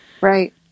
right